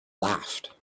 laughed